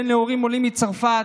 בן להורים עולים מצרפת.